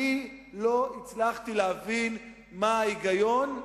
אני לא הצלחתי להבין מה ההיגיון,